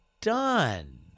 done